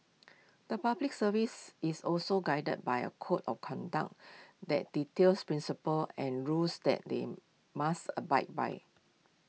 the Public Service is also guided by A code of conduct that details principles and rules that they must abide by